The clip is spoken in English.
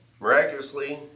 miraculously